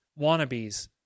wannabes